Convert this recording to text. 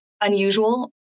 unusual